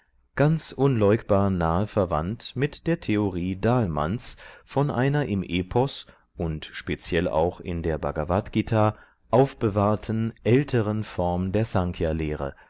ganz unleugbar nahe verwandt mit der theorie dahlmanns von einer im epos und speziell auch in der bhagavadgt aufbewahrten älteren form der